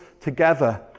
together